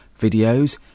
videos